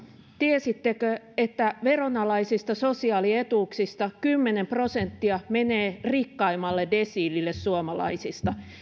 tiesittekö että veronalaisista sosiaalietuuksista kymmenen prosenttia menee rikkaimmalle desiilille suomalaisista ja